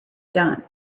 done